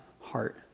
heart